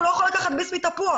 הוא לא יכול לקחת ביס מתפוח.